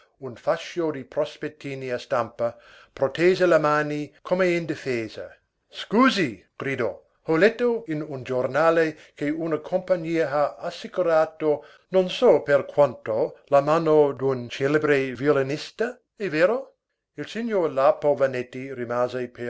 un fascio di prospettini a stampa protese le mani come in difesa scusi gridò ho letto in un giornale che una compagnia ha assicurato non so per quanto la mano d'un celebre violinista è vero il signor lapo vannetti rimase